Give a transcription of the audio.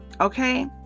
okay